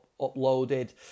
uploaded